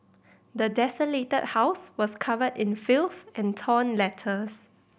the desolated house was covered in filth and torn letters